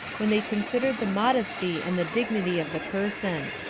when they considered the modesty and the dignity of the person.